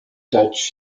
touch